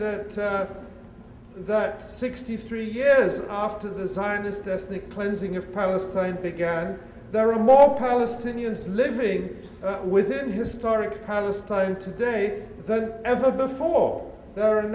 that that sixty three years after the scientists ethnic cleansing of palestine began there are more palestinians living with him historic palestine today than ever before